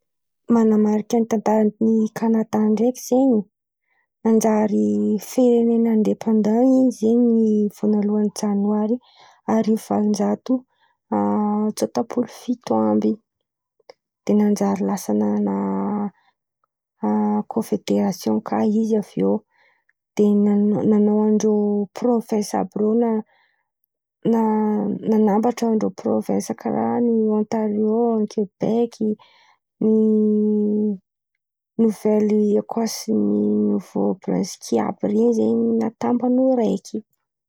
Mahakasiky Kanadà, Kanadà io baka malaza tanàna malaza. Avô tantara ndrô zen̈y irô zen̈y anisany tan̈àna aroe zen̈y fivolan̈a amin-drô ao. Franse ndreky Angile zen̈y zen̈y ten̈an’ny langin-drô fivolan̈a ndrô ten̈an’ny malaza ao zen̈y aroe zen̈y ia.